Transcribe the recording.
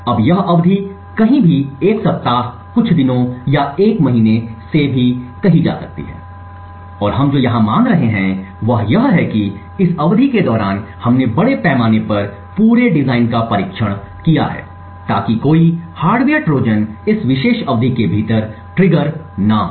अब यह अवधि कहीं भी 1 सप्ताह कुछ दिनों या एक महीने से भी कही जा सकती है और हम जो यहां मान रहे हैं वह यह है कि इस अवधि के दौरान हमने बड़े पैमाने पर पूरे डिजाइन का परीक्षण किया है ताकि कोई हार्डवेयर ट्रोजन इस विशेष अवधि के भीतर ट्रिगर न हो